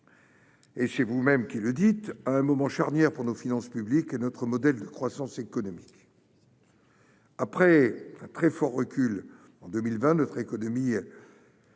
le dites vous-même, à un moment charnière pour nos finances publiques et notre modèle de croissance économique. Après le très fort recul de 2020, notre économie